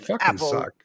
Apple